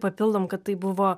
gerai papildom kad tai buvo